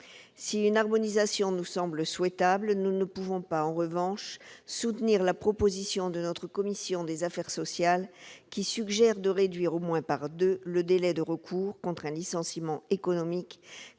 Si une harmonisation nous semble souhaitable, nous ne saurions, en revanche, soutenir la proposition de la commission des affaires sociales, qui suggère de réduire au moins de moitié le délai de recours en cas de licenciement économique,